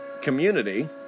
community